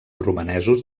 romanesos